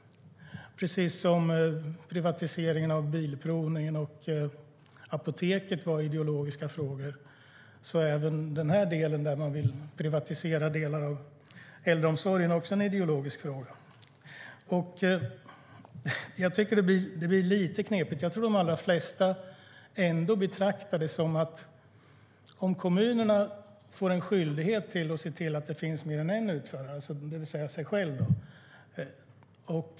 Precis som privatiseringen av bilprovning och apotek var ideologiska frågor är även denna del, där man vill privatisera delar av äldreomsorgen, en ideologisk fråga. Jag tycker att detta blir lite knepigt. Jag tror att de allra flesta ändå betraktar det som en privatisering om kommunerna får en skyldighet att se till att det finns mer än en utförare, det vill säga utöver dem själva.